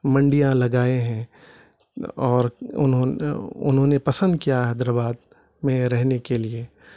منڈیاں لگائے ہیں اور انہوں انہوں نے پسند کیا حیدرآباد میں رہنے کے لیے